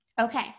Okay